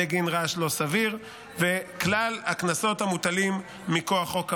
בגין רעש לא סביר וכלל הקנסות המוטלים מכוח חוק העונשין,